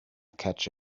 catch